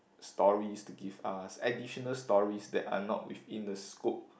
stories to give us additional stories that are not within the scope